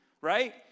right